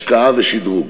השקעה ושדרוג.